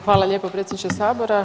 Hvala lijepo predsjedniče Sabora.